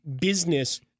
business